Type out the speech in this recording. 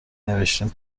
نوشتین